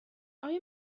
آیا